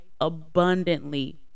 abundantly